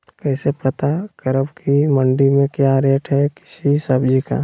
कैसे पता करब की मंडी में क्या रेट है किसी सब्जी का?